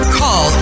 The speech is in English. call